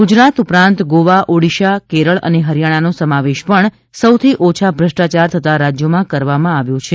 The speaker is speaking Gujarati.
ગુજરાત ઉપરાંત ગોવા ઓડિશા કેરળ અને હરિયાણાનો સમાવેશ પણ સૌથી ઓછા ભ્રષ્ટાયાર થતા રાજ્યોમાં કરવામાં આવ્યો છે